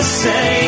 say